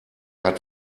hat